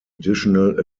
additional